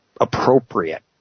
appropriate